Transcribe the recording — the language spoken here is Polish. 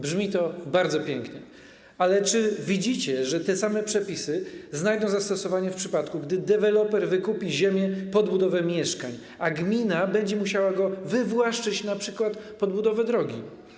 Brzmi to bardzo pięknie, ale czy nie widzicie, że te same przepisy znajdą zastosowanie w przypadku, gdy deweloper wykupi ziemię pod budowę mieszkań, a gmina będzie musiała go wywłaszczyć np. pod budowę drogi?